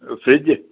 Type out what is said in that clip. fridge